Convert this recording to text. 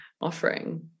offering